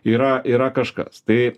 yra yra kažkas tai